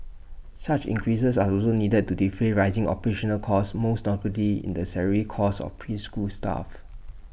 such increases are also needed to defray rising operational costs most notably in the salary costs of preschool staff